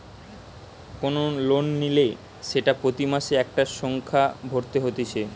কোন লোন নিলে সেটা প্রতি মাসে একটা সংখ্যা ভরতে হতিছে